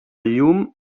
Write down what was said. llum